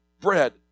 bread